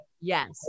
Yes